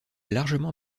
largement